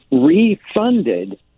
refunded